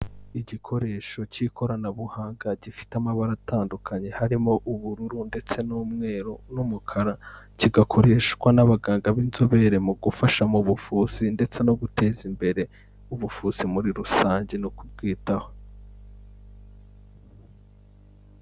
Igikoresho cy'ikoranabuhanga gifite amabara atandukanye, harimo ubururu ndetse n'umweru n'umukara, kigakoreshwa n'abaganga b'inzobere mu gufasha mu buvuzi ndetse no guteza imbere ubuvuzi muri rusange no kubwitaho.